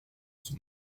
son